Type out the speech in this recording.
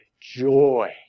Joy